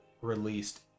released